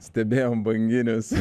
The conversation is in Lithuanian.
stebėjome banginius